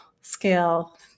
scale